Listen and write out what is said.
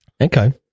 Okay